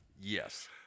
Yes